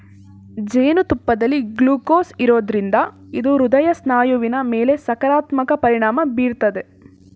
ಜೇನುತುಪ್ಪದಲ್ಲಿ ಗ್ಲೂಕೋಸ್ ಇರೋದ್ರಿಂದ ಇದು ಹೃದಯ ಸ್ನಾಯುವಿನ ಮೇಲೆ ಸಕಾರಾತ್ಮಕ ಪರಿಣಾಮ ಬೀರ್ತದೆ